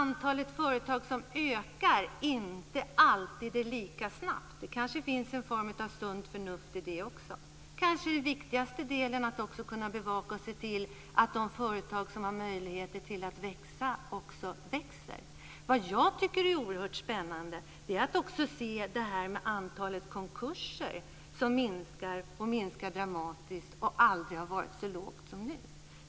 Det kanske finns någon form av sunt förnuft i att antalet företag inte alltid ökar lika snabbt. Kanske den viktigaste delen är att bevaka och se till att de företag som har möjligheter till att växa också växer. Jag tycker att det är oerhört spännande att se att antalet konkurser minskar, och minskar dramatiskt, och aldrig har varit så lågt som nu.